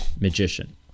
magician